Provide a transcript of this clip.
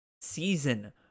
season